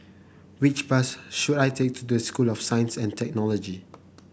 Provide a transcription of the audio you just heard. which bus should I take to the School of Science and Technology